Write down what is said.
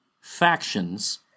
factions